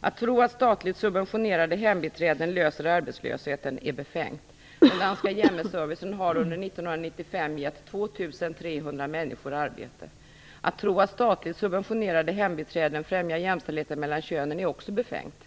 Att tro att statligt subventionerade hembiträden löser arbetslösheten är befängt. Den danska hemservicen har under 1995 gett 2 300 människor arbete. Att tro att statligt subventionerade hembiträden främjar jämställdheten mellan könen är också befängt.